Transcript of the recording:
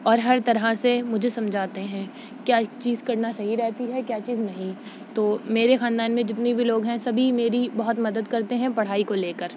اور ہر طرح سے مجھے سمجھاتے ہیں کیا چیز کرنا صحیح رہتی ہے کیا چیز نہیں تو میرے خاندان میں جتنے بھی لوگ ہیں سبھی میری بہت مدد کرتے ہیں پڑھائی کو لے کر